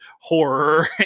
horror